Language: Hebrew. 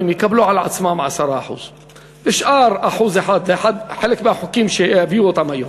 יקבלו על עצמם 10% חלק מהחוקים שיביאו היום,